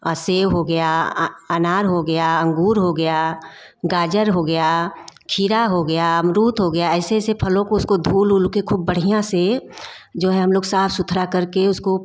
save हो गया अनार हो गया अंगूर हो गया गाजर हो गया खीरा हो गया अमरूद हो गया ऐसे ऐसे फलों को उसको धुल ऊल के खूब बढ़िया से जो है हम लोग साफ सुथरा करके उसको